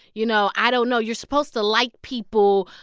you know, i don't know you're supposed to like people.